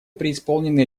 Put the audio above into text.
преисполнены